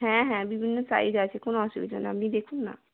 হ্যাঁ হ্যাঁ বিভিন্ন সাইজ আছে কোনো অসুবিধা না আপনি দেখুন না